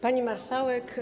Pani Marszałek!